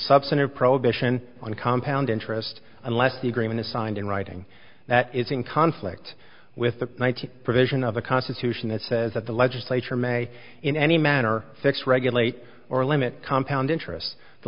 substantive prohibition on compound interest unless the agreement is signed in writing that is in conflict with the one thousand provision of the constitution it says that the legislature may in any manner fix regulate or limit compound interest the